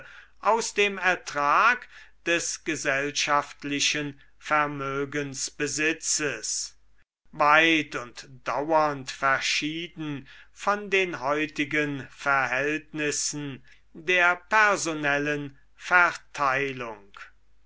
aus dem ertrag des gesellschaftlichen vermögensbesitzes weit und dauernd verschieden von den heutigen verhältnissen der personellen verteilung